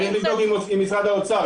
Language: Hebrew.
צריך לבדוק עם משרד האוצר.